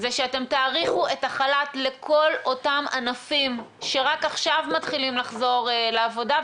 שאתם תאריכו את החל"ת לכל אותם ענפים שרק עכשיו מתחילים לחזור לעבודה,